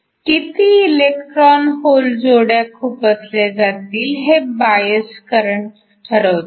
किती electron hole जोड्या खुपसल्या जातील हे बायस करंट ठरवतो